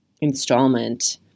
installment